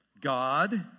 God